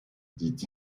dit